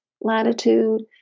latitude